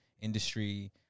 industry